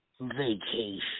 Vacation